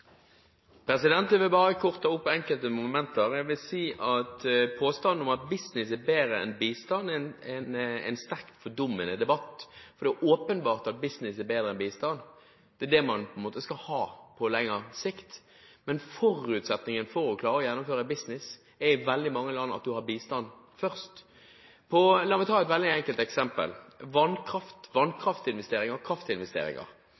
bedre enn bistand er en sterkt fordummende debatt. Det er åpenbart at business er bedre enn bistand. Det er det man skal ha på lengre sikt. Men forutsetningen for å klare å gjennomføre business er i veldig mange land at du har bistand først. La meg ta et veldig enkelt eksempel: